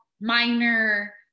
minor